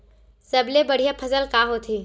सबले बढ़िया फसल का होथे?